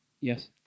Yes